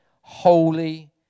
Holy